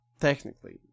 technically